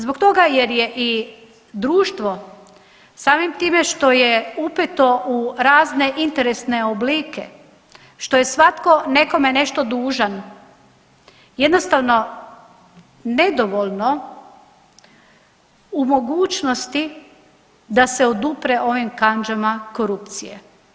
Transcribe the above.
Zbog toga jer je i društvo samim time što je upeto u razne interesne oblike, što je svatko nekome nešto dužan jednostavno nedovoljno u mogućnosti da se odupre ovim kandžama korupcije.